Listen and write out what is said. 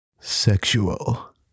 Sexual